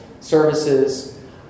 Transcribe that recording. services